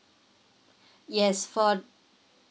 yes for